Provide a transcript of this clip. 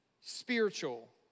spiritual